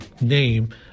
name